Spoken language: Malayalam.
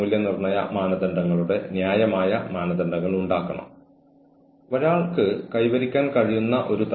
പക്ഷേ നിങ്ങൾ മോശമാണ് നിങ്ങൾ മോശമാണ് നിങ്ങൾ മോശമാണ് നിങ്ങൾ മോശമാണ് എന്ന് നിരന്തരം നിങ്ങളോട് പറയുന്നത് ജോലിസ്ഥലത്തെ ഭീഷണിപ്പെടുത്തലാണ്